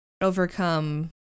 overcome